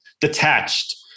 detached